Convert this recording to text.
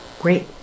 Great